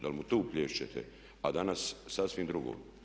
Dal mu tu plješćete, a danas sasvim drugo.